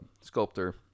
sculptor